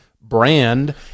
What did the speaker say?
brand